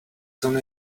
soon